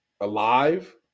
alive